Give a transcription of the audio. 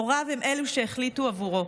הוריו הם אלה שהחליטו עבורו.